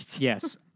Yes